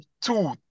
two